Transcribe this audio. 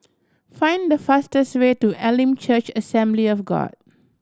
find the fastest way to Elim Church Assembly of God